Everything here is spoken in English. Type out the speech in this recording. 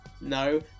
No